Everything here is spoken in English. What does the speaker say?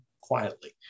quietly